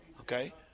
Okay